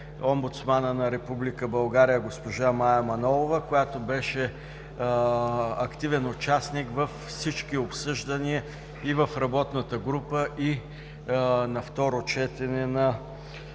България – госпожа Мая Манолова, която беше активен участник във всички обсъждания и в работната група на второ четене на